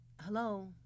hello